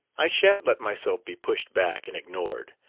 i shan't let myself be pushed back and ignored.